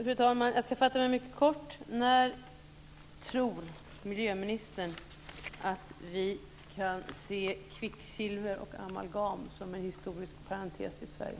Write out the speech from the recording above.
Fru talman! Jag ska fatta mig mycket kort. När tror miljöministern att vi kan se kvicksilver och amalgam som en historisk parentes i Sverige?